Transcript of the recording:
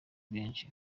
benshi